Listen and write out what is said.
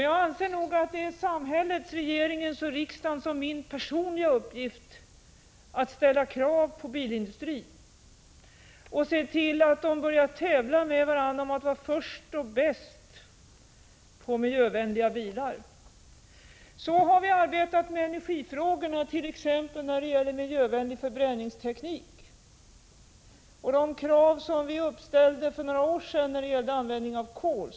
Jag anser nog att det är samhällets — regeringens, riksdagens och min personliga — uppgift att ställa krav på bilindustrin och se till att företagen börjar tävla med varandra om att vara först och bäst på miljövänliga bilar. På det sättet har vi arbetat med energifrågorna, t.ex. när det gäller miljövänlig förbränningsteknik och de krav som vi uppställde för några år sedan när det gällde användningen av kol.